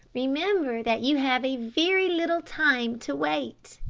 remember that you have a very little time to wait.